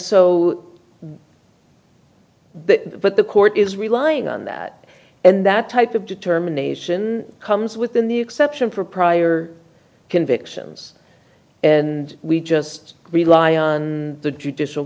o but the court is relying on that and that type of determination comes within the exception for prior convictions and we just rely on the judicial